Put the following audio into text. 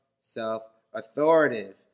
self-authoritative